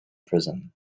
prison